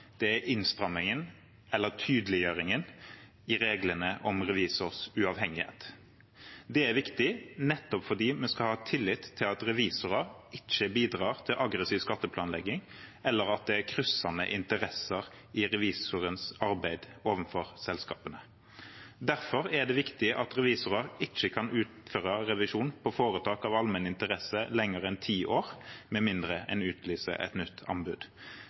er innstrammingen, eller tydeliggjøringen, i reglene om revisors uavhengighet. Det er viktig nettopp fordi vi skal ha tillit til at revisorer ikke bidrar til aggressiv skatteplanlegging, eller at det er kryssende interesser i revisorens arbeid overfor selskapene. Derfor er det viktig at revisorer ikke kan utføre revisjon på foretak av allmenn interesse lenger enn ti år, med mindre man utlyser et nytt anbud.